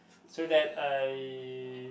so that I